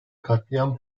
katliam